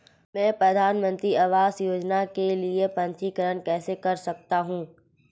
मैं प्रधानमंत्री आवास योजना के लिए पंजीकरण कैसे कर सकता हूं?